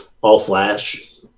All-Flash